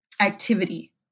activity